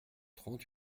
trente